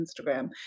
Instagram